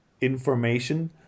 information